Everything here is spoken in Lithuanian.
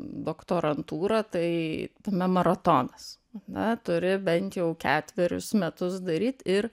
doktorantūra tai tame maratonas na turi bent jau ketverius metus daryt ir